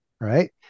right